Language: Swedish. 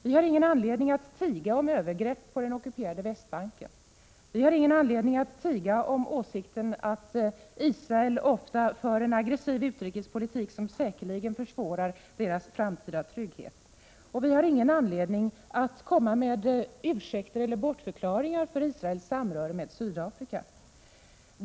Vi har ingen anledning att tiga om övergrepp på den ockuperade Västbanken. Vi har ingen anledning att tiga om åsikten att Israel ofta för en aggressiv utrikespolitik, som säkerligen försvårar dess framtida trygghet. Och vi har ingen anledning att komma med ursäkter eller bortförklaringar för Israels samröre med Sydafrika.